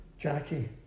Jackie